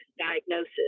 diagnosis